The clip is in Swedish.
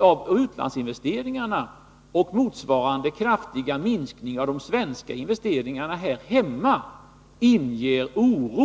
av utlandsinvesteringarna vi har haft och motsvarande kraftiga minskning av de svenska investeringarna här hemma inger oro.